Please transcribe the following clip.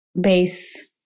base